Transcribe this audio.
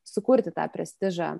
sukurti tą prestižą